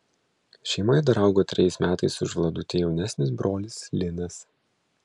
šeimoje dar augo trejais metais už vladutę jaunesnis brolis linas